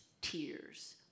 tears